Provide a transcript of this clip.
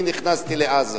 אני נכנסתי לעזה